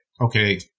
okay